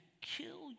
kill